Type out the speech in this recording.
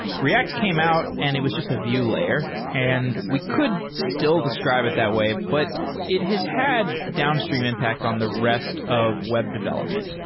react came out and it as just a vue layer, and we could still describe it that way, but it has had downstream impact on the rest of web development.